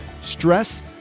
stress